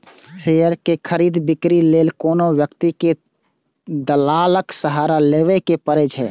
share के खरीद, बिक्री लेल कोनो व्यक्ति कें दलालक सहारा लेबैए पड़ै छै